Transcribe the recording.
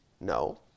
No